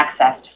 accessed